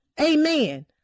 Amen